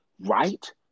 right